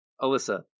Alyssa